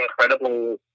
incredible